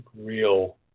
real